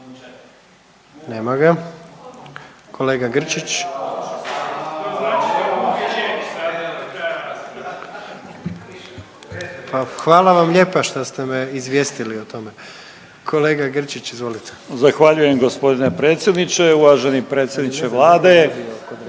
hvala vam lijepa što ste me izvijestili o tome. Kolega Grčić izvolite. **Grčić, Branko (SDP)** Zahvaljujem gospodine predsjedniče. Uvaženi predsjedniče Vlade,